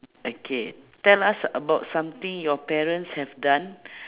okay tell us about something your parents have done